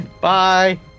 Bye